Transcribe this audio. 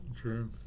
true